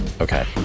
okay